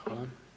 Hvala.